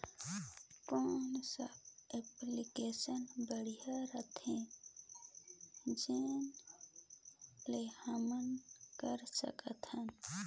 कौन सा एप्लिकेशन बढ़िया रथे जोन ल हमन कर सकथन?